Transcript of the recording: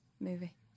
movie